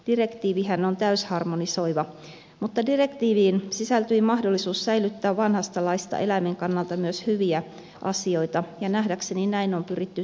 direktiivihän on täysharmonisoiva mutta direktiiviin sisältyi mahdollisuus säilyttää vanhasta laista eläimen kannalta myös hyviä asioita ja nähdäkseni näin on pyritty tekemään